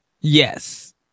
Yes